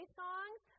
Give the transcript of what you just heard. songs